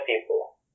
people